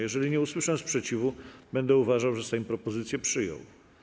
Jeżeli nie usłyszę sprzeciwu, będę uważał, że Sejm propozycję przyjął.